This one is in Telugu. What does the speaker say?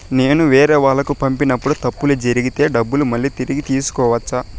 నేను వేరేవాళ్లకు పంపినప్పుడు తప్పులు జరిగితే డబ్బులు మళ్ళీ తిరిగి తీసుకోవచ్చా?